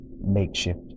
makeshift